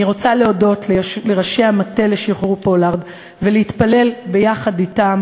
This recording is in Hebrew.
אני רוצה להודות לראשי המטה לשחרור פולארד ולהתפלל ביחד אתם